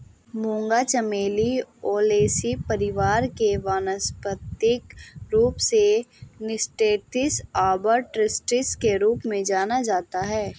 मूंगा चमेली ओलेसी परिवार से वानस्पतिक रूप से निक्टेन्थिस आर्बर ट्रिस्टिस के रूप में जाना जाता है